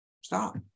Stop